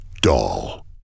doll